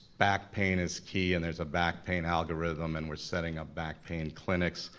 back pain is key, and there's a back pain algorithm and we're setting up back pain clinics,